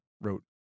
wrote